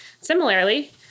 Similarly